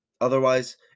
otherwise